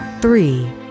three